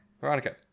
Veronica